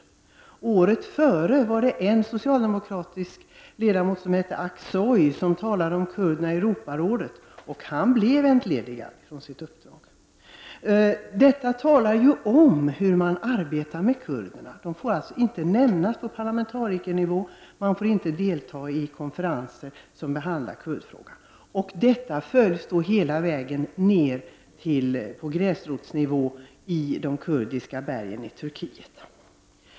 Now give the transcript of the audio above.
Året dessförinnan talade en socialdemokratisk parlamentsledamot från Turkiet om kurderna i Europarådet, och han blev entledigad från sitt uppdrag. Detta visar hur man arbetar i fråga om kurderna. De får inte nämnas på parlamentarikernivå. Man får inte delta i konferenser som behandlar kurdfrågan, och detta fullföljs hela vägen ned till gräsrotsnivå, i de kurdiska bergen i Turkiet.